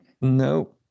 No